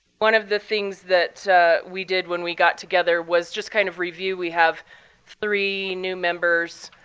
one of the things that we did when we got together was just kind of review. we have three new members